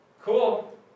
Cool